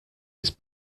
its